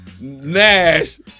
Nash